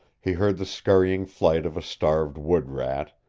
he heard the scurrying flight of a starved wood-rat,